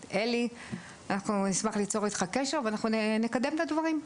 אלי, נשמח ליצור איתך קשר ונקדם את הדברים.